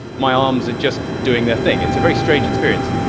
my arms are just doing their thing. it's a very strange experience.